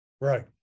Right